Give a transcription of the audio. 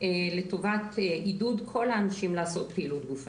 לטובת עידוד כל האנשים לעשות פעילות גופנית,